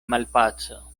malpaco